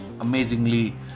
amazingly